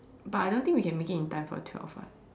but I don't think we can make it in time for twelve ah